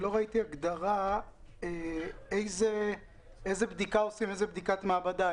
לא ראיתי הגדרה איזה בדיקת מעבדה עושים?